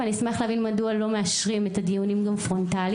ואני אשמח להבין מדוע לא מאשרים את הדיונים גם פרונטלית.